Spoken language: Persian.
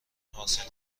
حاصل